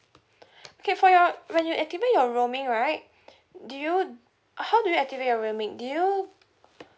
okay for your when you activate your roaming right do you how do you activate your roaming do you